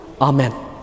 Amen